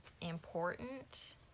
important